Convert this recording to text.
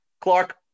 Clark